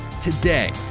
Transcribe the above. Today